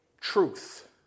truth